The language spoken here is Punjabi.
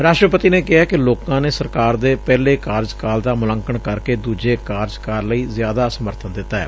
ਰਾਸ਼ਟਰਪਤੀ ਨੇ ਕਿਹੈ ਕਿ ਲੋਕਾਂ ਨੇ ਸਰਕਾਰ ਦੇ ਪਹਿਲੇ ਕਾਰਜਕਾਲ ਦਾ ਮੁਲਾਂਕਣ ਕਰਕੇ ਦੁਜੇ ਕਾਰਜਕਾਲ ਲਈ ਜ਼ਿਆਦਾ ਸਮਰਬਨ ਦਿੱਤੈ